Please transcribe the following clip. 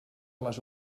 les